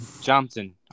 Johnson